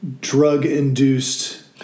drug-induced